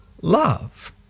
love